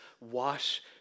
wash